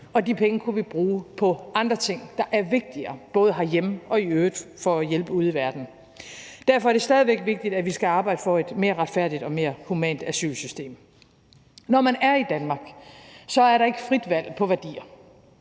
og de penge kunne vi bruge på andre ting, der er vigtigere, både herhjemme og i øvrigt til at hjælpe ude i verden. Derfor er det stadig væk vigtigt, at vi skal arbejde for et mere retfærdigt og mere humant asylsystem. Når man er i Danmark, er der ikke frit valg, hvad